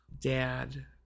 Dad